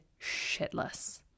shitless